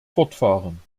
fortfahren